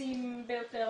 הנפוצים ביותר,